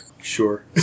Sure